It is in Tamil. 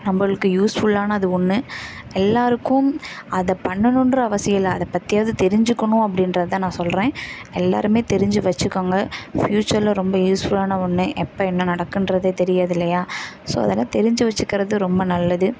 நம்மளுக்கு யூஸ்ஃபுல்லானது ஒன்று எல்லோருக்கும் அதை பண்ணனுன்ற அவசியம் இல்லை அதை பற்றியாது தெரிஞ்சிக்கணும் அப்படின்றது தான் நான் சொல்கிறேன் எல்லோருமே தெரிஞ்சு வச்சிக்கோங்க ஃப்யூச்சரில் ரொம்ப யூஸ்ஃபுல்லான ஒன்று எப்போ என்ன நடக்கின்றதே தெரியாது இல்லையா ஸோ அதெலாம் தெரிஞ்சு வச்சிக்கிறது ரொம்ப நல்லது